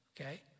Okay